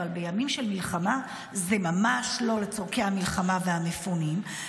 אבל בימים של מלחמה זה ממש לא לצורכי המלחמה והמפונים.